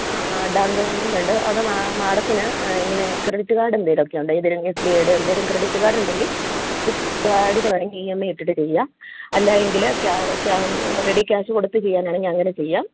അ down payment ഉണ്ട് അത് മാഡത്തിന് ഇങ്ങനെ ക്രെഡിറ്റ് കാർഡ് എന്തേലും ഒക്കെ ഉണ്ടോ ഏതേലും എസ് ബി ഐ ടെയോ എന്തേലും ക്രെഡിറ്റ് കാർഡ് ഉണ്ടെങ്കിൽ കാർഡിൽ വേണമെങ്കിൽ ഇ എം ഐ ഇട്ടിട്ട് ചെയ്യാം അല്ലായെങ്കിൽ ക്യാ റെഡി ക്യാഷ് കൊടുത്ത് ചെയ്യുകയാണെങ്കിൽ അങ്ങനെ ചെയ്യാം